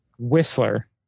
whistler